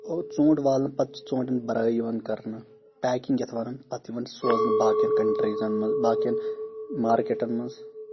ژوٗنٛٹھ والنہٕ پَتہٕ چھُ یِوان ژوٗنٛٹھٮ۪ن بَرٲے یِوان کَرنہٕ پیکِنگ یَتھ وَنان پَتہٕ یِوان سوزنہٕ باقٮ۪ن کَنٹریٖن منٛز باقٮ۪ن مرکیٹن منٛز